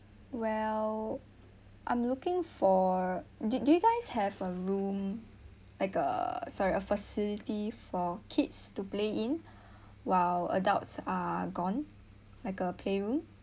well I'm looking for do do you guys have a room like uh sorry a facility for kids to play in while adults are gone like a playroom